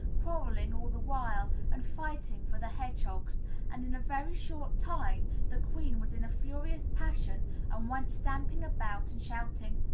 quarrelling all the while and fighting for the hedgehogs and in a very short time, the queen was in a furious passion and went stamping about and shouting,